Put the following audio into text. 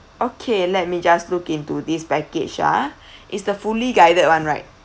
okay let me just look into this package ah it's the fully guided one right